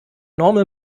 normal